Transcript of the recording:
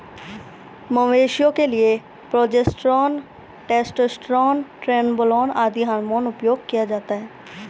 मवेशियों के लिए प्रोजेस्टेरोन, टेस्टोस्टेरोन, ट्रेनबोलोन आदि हार्मोन उपयोग किया जाता है